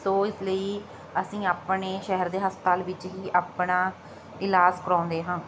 ਸੋ ਇਸ ਲਈ ਅਸੀਂ ਆਪਣੇ ਸ਼ਹਿਰ ਦੇ ਹਸਪਤਾਲ ਵਿੱਚ ਹੀ ਆਪਣਾ ਇਲਾਜ ਕਰਵਾਉਂਦੇ ਹਾਂ